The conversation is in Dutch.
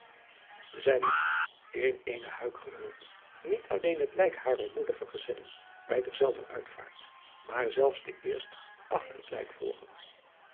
zij moest in eene huik gehuld niet alleen adriaan loosjes pzn het leven van hillegonda buisman het lijk harer moeder vergezellen bij derzelver uitvaart maar zelfs de eerste achter het lijk volgen